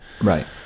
right